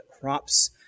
crops